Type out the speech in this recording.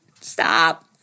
Stop